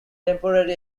temporary